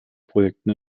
projekten